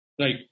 Right